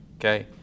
Okay